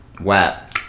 WAP